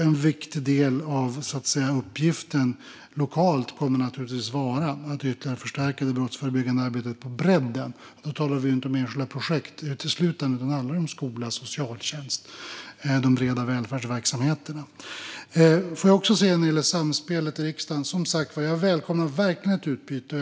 En viktig del av uppgiften lokalt kommer naturligtvis att vara att ytterligare förstärka det brottsförebyggande arbetet på bredden. Då talar vi inte uteslutande om enskilda projekt, utan det handlar om skola och socialtjänst - de breda välfärdsverksamheterna. Jag vill också när det gäller samspelet i riksdagen säga att jag som sagt verkligen välkomnar ett utbyte.